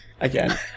Again